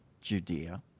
Judea